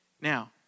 Now